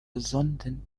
sonden